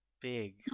big